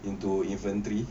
into inventory